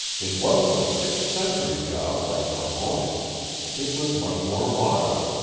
it wasn't a sixth-century job like carbonek it was much more modern.